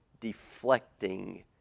deflecting